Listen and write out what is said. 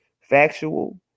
factual